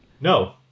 No